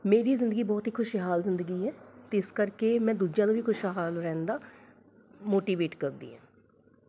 ਮੇਰੀ ਜ਼ਿੰਦਗੀ ਬਹੁਤ ਹੀ ਖੁਸ਼ਹਾਲ ਜ਼ਿੰਦਗੀ ਹੈ ਅਤੇ ਇਸ ਕਰਕੇ ਮੈਂ ਦੂਜਿਆਂ ਨੂੰ ਵੀ ਖੁਸ਼ਹਾਲ ਰਹਿਣ ਦਾ ਮੋਟੀਵੇਟ ਕਰਦੀ ਹਾਂ